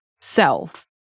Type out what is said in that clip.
self